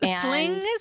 sling